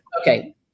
Okay